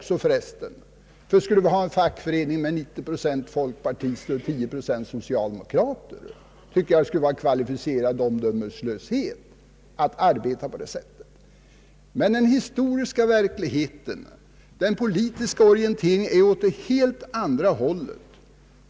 Skulle en fackförening ha 90 procent folkpartister och 10 procent socialdemokrater, tycker jag det vore kvalificerad omdömeslöshet att arbeta på det sättet, alltså att besluta om kollektivanslutning till socialdemokratiska partiet. Men den historiska verkligheten, den politiska orienteringen, är åt det andra hållet.